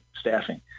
staffing